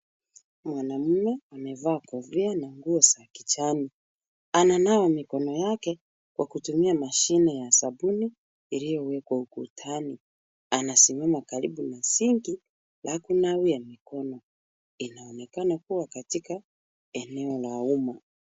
Mwanaume amevaa kofia na nguo za kijani ananawa mikono yake na mashini ya kuoshea mikono iliyowekwa ukutani anasimama karibu na sinki la kunawia mikono. Inaonekana ni eneo liliokatika uma.